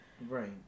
Right